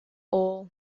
all